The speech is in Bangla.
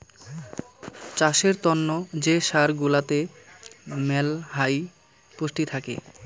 চাষের তন্ন যে সার গুলাতে মেলহাই পুষ্টি থাকি